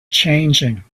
changing